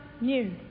new